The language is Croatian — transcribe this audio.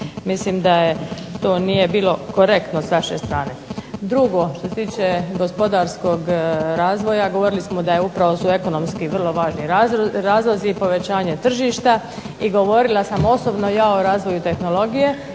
Mislim da to nije bilo korektno s vaše strane. Drugo, što se tiče gospodarskog razvoja, govorili smo da su upravo ekonomski vrlo važni razlozi i povećanje tržišta i govorila sam osobno ja o razvoju tehnologije